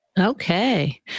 Okay